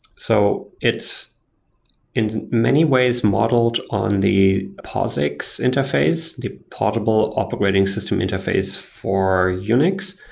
so, it's in many ways modeled on the posix interface, the portable operating system interface for unix,